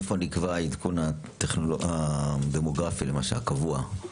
איפה נקבע העדכון הדמוגרפי למשל, קבוע?